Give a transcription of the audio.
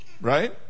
Right